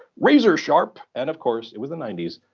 razorsharp. and of course, it was the ninety s,